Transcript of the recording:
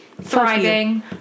thriving